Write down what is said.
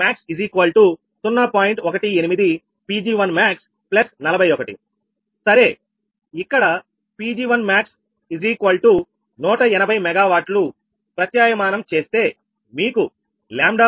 18 Pg1max41 సరే ఇక్కడ Pg1max180 MW ప్రత్యామ్న్యాయం చేస్తే మీకు 𝜆1 𝜆1𝑚ax73